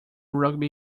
rugby